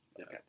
Okay